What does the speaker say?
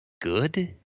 good